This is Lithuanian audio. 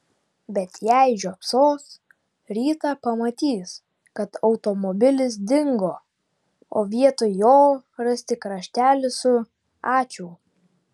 bet jei žiopsos rytą pamatys kad automobilis dingo o vietoj jo ras tik raštelį su ačiū